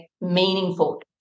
meaningful